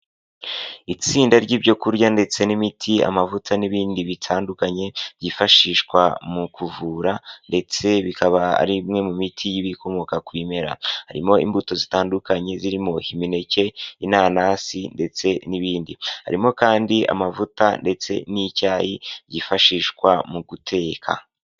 Itsinda ry'ibyo kurya ndetse n'imiti amavuta n'ibindi bitandukanye byifashishwa mu kuvura ndetse bikaba arimwe mu miti y'ibikomoka ku imera, harimo imbuto zitandukanye zirimo: imineke, inanasi ndetse n'ibindi, harimo kandi amavuta ndetse n'icyayi byifashishwa mu guteka.